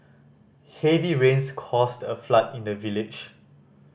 heavy rains caused a flood in the village